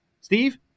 Steve